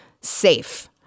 safe